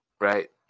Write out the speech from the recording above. Right